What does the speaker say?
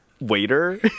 waiter